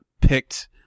picked